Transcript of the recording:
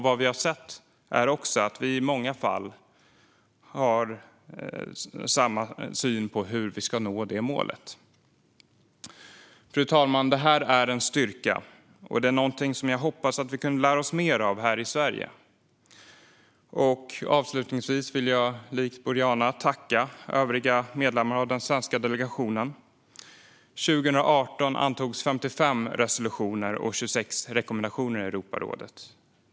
Vi har sett att vi i många fall även har samma syn på hur vi ska nå målet. Fru talman! Det här är en styrka, och det är något jag hade hoppats att vi här i Sverige kunde lära oss mer av. Avslutningsvis vill jag likt Boriana tacka övriga medlemmar av den svenska delegationen. År 2018 antogs 55 resolutioner och 26 rekommendationer i Europarådet.